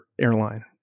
airline